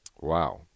Wow